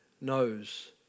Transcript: knows